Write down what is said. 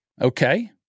Okay